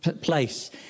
place